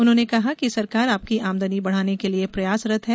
उन्होंने कहा कि सरकार आपकी आमदनी बढ़ाने के लिये प्रयासरत है